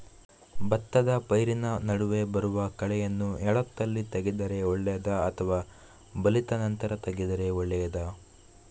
ಭತ್ತದ ಪೈರಿನ ನಡುವೆ ಬರುವ ಕಳೆಯನ್ನು ಎಳತ್ತಲ್ಲಿ ತೆಗೆದರೆ ಒಳ್ಳೆಯದಾ ಅಥವಾ ಬಲಿತ ನಂತರ ತೆಗೆದರೆ ಒಳ್ಳೆಯದಾ?